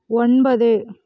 ஒன்பது